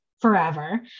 forever